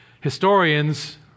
Historians